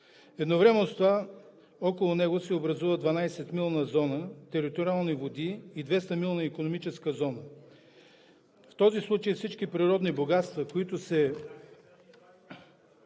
Едновременно с това около него се образуват 12-милна зона териториални води и 20-милна икономическа зона. В този случай всички природни богатства, които се